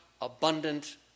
abundant